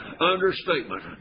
Understatement